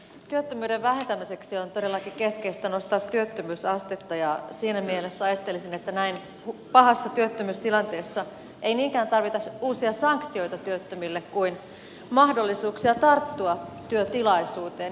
työttömyyden vähentämiseksi on todellakin keskeistä nostaa työttömyysastetta ja siinä mielessä ajattelisin että näin pahassa työttömyystilanteessa ei niinkään tarvita uusia sanktioita työttömille kuin mahdollisuuksia tarttua työtilaisuuteen